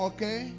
Okay